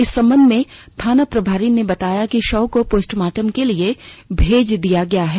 इस संबंध में थाना प्रभारी ने बताया कि शव को पोस्टमार्टम के लिए भेज दिया गया है